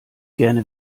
gerne